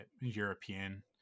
european